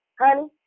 honey